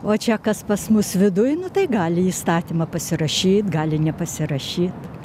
o čia kas pas mus viduj nu tai gali įstatymą pasirašyt gali nepasirašyt